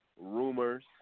rumors